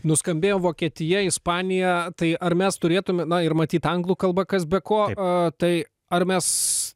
nuskambėjo vokietija ispanija tai ar mes turėtume na ir matyt anglų kalba kas be ko tai ar mes